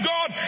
God